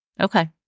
Okay